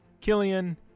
killian